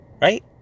right